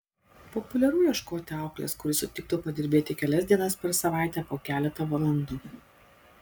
populiaru ieškoti auklės kuri sutiktų padirbėti kelias dienas per savaitę po keletą valandų